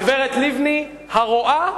הגברת לבני הרואה